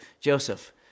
Joseph